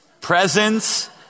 Presents